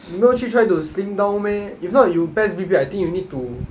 你没有去 try to slim down meh if not you PES B P I think you need to